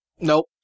Nope